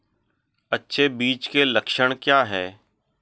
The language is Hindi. अच्छे बीज के लक्षण क्या हैं?